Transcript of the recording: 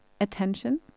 attention